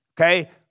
okay